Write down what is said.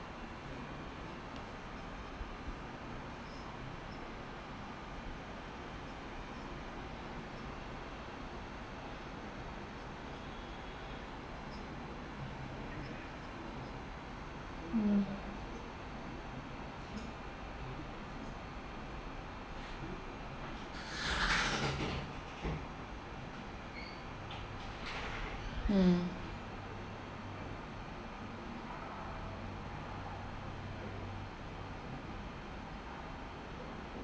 mm mm